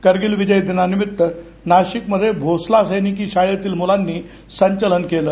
कारगिल विजय दिनानिमित्त नाशिक मध्ये भोसला सैनिकी शाळेतील मुलांनी संचालन केलं